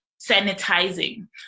sanitizing